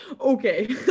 okay